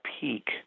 peak